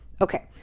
Okay